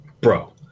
bro